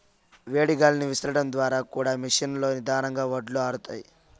వేడి గాలిని విసరడం ద్వారా కూడా మెషీన్ లో నిదానంగా వడ్లు ఆరుతాయి